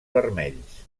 vermells